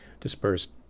dispersed